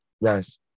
yes